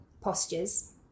postures